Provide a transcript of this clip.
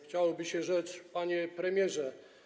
Chciałoby się rzec: Panie Premierze!